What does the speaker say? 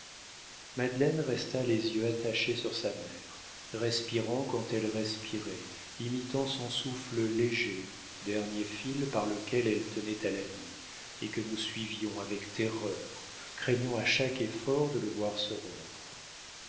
madeleine resta les yeux attachés sur sa mère respirant quand elle respirait imitant son souffle léger dernier fil par lequel elle tenait à la vie et que nous suivions avec terreur craignant à chaque effort de le voir se rompre